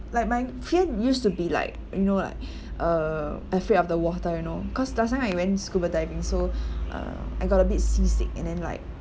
like my fear used to be like you know like uh afraid of the water you know cause last time I went scuba diving so err I got a bit seasick and then like